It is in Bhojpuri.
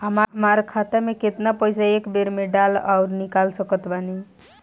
हमार खाता मे केतना पईसा एक बेर मे डाल आऊर निकाल सकत बानी?